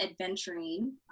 adventuring